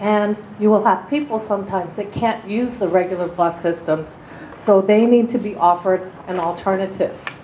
and you will have people sometimes that can't use the regular bus system so they need to be offered an alternative